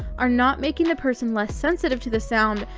are not making the person less sensitive to the sound,